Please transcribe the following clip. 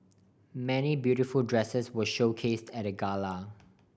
many beautiful dresses were showcase at the gala